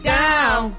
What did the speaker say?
down